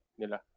nila